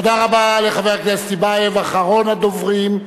תודה רבה לחבר הכנסת טיבייב, אחרון הדוברים.